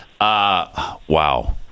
Wow